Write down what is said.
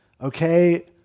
Okay